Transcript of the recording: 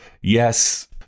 Yes